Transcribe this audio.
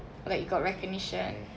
like you got recognition